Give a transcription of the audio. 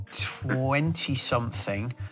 Twenty-something